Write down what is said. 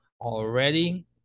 already